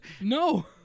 No